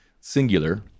singular